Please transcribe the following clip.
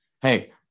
Hey